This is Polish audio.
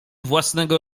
własnego